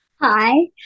Hi